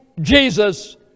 Jesus